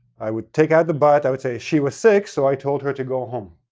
i would take out the but, i would say she was sick, so i told her to go home.